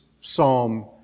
psalm